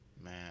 Man